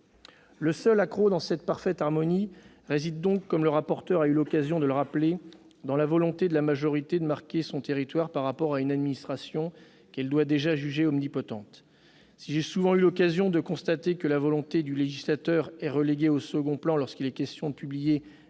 Le seul accroc de cette parfaite harmonie réside, comme le rapporteur a eu l'occasion de le rappeler, dans la volonté de la majorité de marquer son territoire par rapport à une administration qu'elle doit déjà juger omnipotente. Si j'ai souvent eu l'occasion de constater que la volonté du législateur est reléguée au second plan lorsqu'il est question de publier des